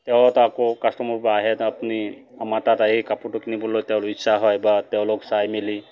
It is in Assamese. তেওঁ এটা আকৌ কাষ্টমাৰ পৰা আহে আপুনি আমাৰ তাত আহি কাপোৰটো কিনিবলৈ তেওঁৰো ইচ্ছা হয় বা তেওঁলোক চাই মেলি